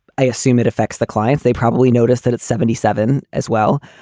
i assume it affects the client. they probably notice that it's seventy seven as well.